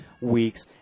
Weeks